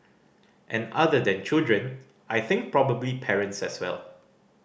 and other than children I think probably parents as well